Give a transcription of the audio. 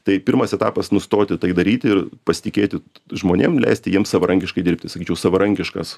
tai pirmas etapas nustoti tai daryti ir pasitikėti žmonėm leisti jiem savarankiškai dirbti sakyčiau savarankiškas